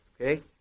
Okay